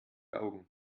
augen